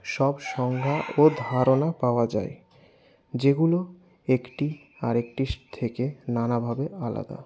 সব সংজ্ঞা ও ধারণা পাওয়া যায় যেগুলো একটি আরেকটির থেকে নানাভাবে আলাদা